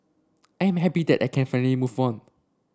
I am happy that I can finally move on